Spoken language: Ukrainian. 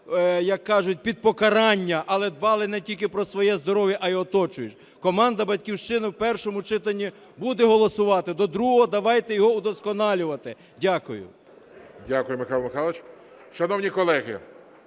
як кажуть, під покарання, але дбали не тільки про своє здоров'я, а і оточуючих. Команда "Батьківщини" в першому читанні буде голосувати, до другого давайте його удосконалювати. Дякую. ГОЛОВУЮЧИЙ. Дякую, Михайло Михайлович. Шановні колеги,